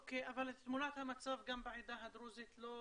אוקיי, אבל תמונת המצב גם בעדה הדרוזית לא